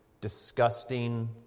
disgusting